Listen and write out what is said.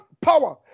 power